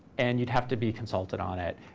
and you'd have to be consulted on it.